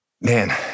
Man